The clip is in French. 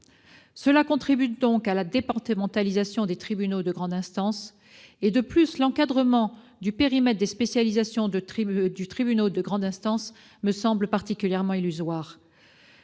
Cela contribue à la départementalisation des tribunaux de grande instance. De plus, l'encadrement du périmètre des spécialisations des tribunaux de grande instance me semble particulièrement illusoire.